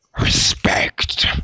Respect